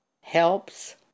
helps